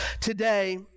today